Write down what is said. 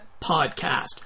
Podcast